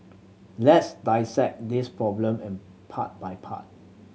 let's dissect this problem and part by part